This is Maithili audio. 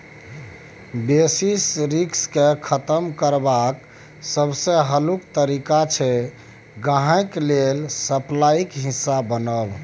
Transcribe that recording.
बेसिस रिस्क केँ खतम करबाक सबसँ हल्लुक तरीका छै गांहिकी लेल सप्लाईक हिस्सा बनब